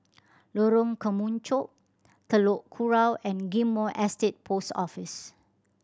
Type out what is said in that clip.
Lorong Kemunchup Telok Kurau and Ghim Moh Estate Post Office